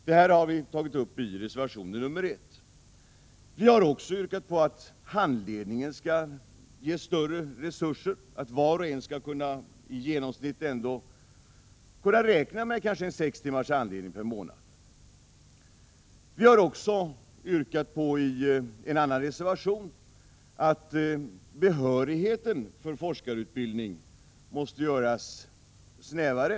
Detta har vi tagit upp i reservation nr 1. Vi har också yrkat att handledningen skall ges större resurser. Var och en skalli genomsnitt kunna räkna med ca 6 timmars handledning per månad. Vi har dessutom i en annan reservation yrkat att behörigheten för forskarutbildning skall göras snävare.